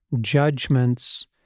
judgments